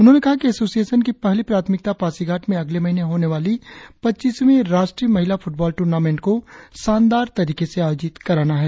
उन्होंने कहा कि एसोसियेशन की पहली प्राथमिकता पासीघाट में अगले महीने होने वाली पच्चीसवीं राष्ट्रीय महिला फुटबॉल टूर्नामेंट को शानदार तरीके से आयोजित कराना है